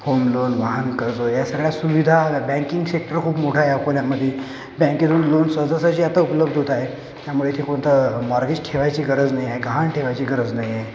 home loan वाहन कर्ज ह्या सगळ्या सुविधा बँकिंग सेक्टर खूप मोठं आहे अकोल्यामध्ये बँकेतून लोन सहजासहजी आता उपलब्ध होत आहे त्यामुळे इथे कोणता मॉर्गेज ठेवायची गरज नाही आहे गहाण ठेवायची गरज नाही आहे